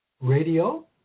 Radio